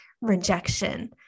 rejection